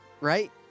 Right